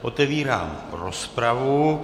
Otevírám rozpravu.